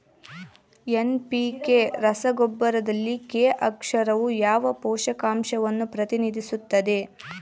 NPK ರಸಗೊಬ್ಬರದಲ್ಲಿ K ಅಕ್ಷರವು ಯಾವ ಪೋಷಕಾಂಶವನ್ನು ಪ್ರತಿನಿಧಿಸುತ್ತದೆ?